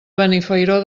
benifairó